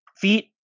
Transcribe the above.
feet